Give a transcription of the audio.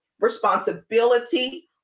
responsibility